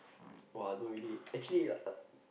!wah! I don't really actually uh